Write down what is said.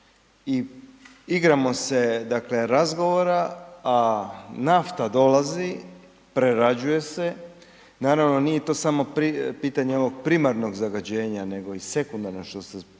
dakle razgovora, a nafta dolazi, prerađuje se, naravno nije to samo pitanje ovog primarnog zagađenja, nego i sekundarno, što ste